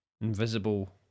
invisible